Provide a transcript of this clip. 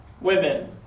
women